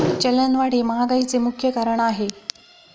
चलनवाढ हे महागाईचे मुख्य कारण आहे